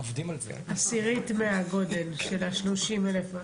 עשירית מהגודל של ה-30,000.